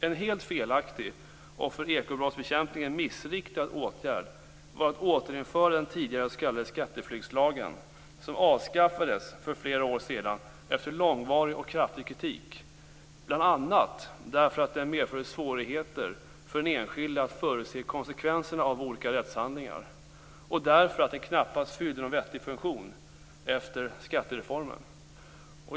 En helt felaktig och för ekobrottsbekämpningen missriktad åtgärd var detta med att återinföra den tidigare s.k. skatteflyktslagen, som avskaffades för flera år sedan efter långvarig och kraftig kritik bl.a. därför att den medförde svårigheter för den enskilde att förutse konsekvenserna av olika rättshandlingar och därför att den knappast fyllde någon vettig funktion efter skattereformen.